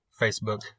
Facebook